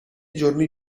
giorni